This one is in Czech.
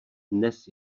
dnes